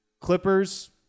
Clippers